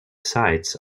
sites